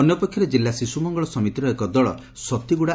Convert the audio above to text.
ଅନ୍ୟପକ୍ଷରେ ଜିଲ୍ଲା ଶିଶ୍ୱମଙ୍ଗଳ ସମିତିର ଏକ ଦଳ ସତୀଗୁଡ୍